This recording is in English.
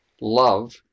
Love